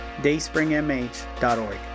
dayspringmh.org